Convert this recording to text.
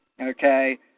okay